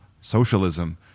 socialism